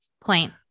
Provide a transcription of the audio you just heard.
point